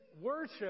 worship